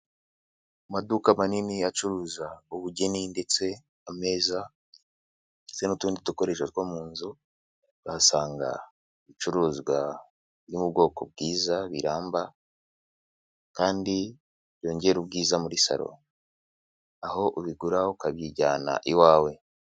Amaduka manini acuruza ubugeni ndetse ameza ndetse n'utundi dukoresho two mu nzu ,wasanga ibicuruzwa byo mu bwoko bwiza biramba kandi byongera ubwiza muri salon ,aho ubigura ukabyijyana iwawe.